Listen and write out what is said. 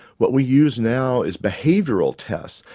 what we use now is behavioural tests.